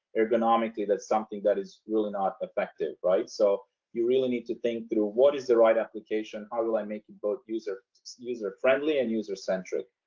economically that's something that is really not effective, right? so you really need to think through what is the right application? how do i make you both user user-friendly and user-centric.